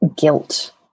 guilt